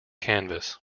canvas